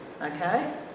okay